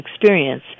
experience